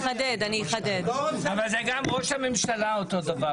אבל זה גם ראש הממשלה אותו דבר,